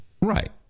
Right